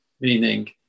meaning